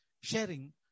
Sharing